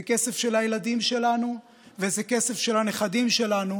זה כסף של הילדים שלנו וזה כסף של הנכדים שלנו